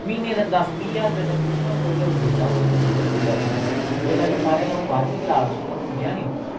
म्हीने दा दस बीह् ज्हार रपेआ ते ट्यूशना उप्पर गै उड्डी जंदा अऊं तुसें गी इक सच्ची गल्ल सनां जेल्लै फ्ही महाराज अ'ऊं बाह्रमीं क्लास उप्पर पुज्जेआ नी